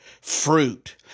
fruit